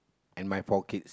and my four kids